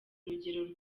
urugero